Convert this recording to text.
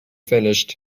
finished